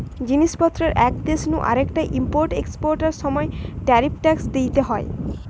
জিনিস পত্রের এক দেশ নু আরেকটায় ইম্পোর্ট এক্সপোর্টার সময় ট্যারিফ ট্যাক্স দিইতে হয়